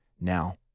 now